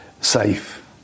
safe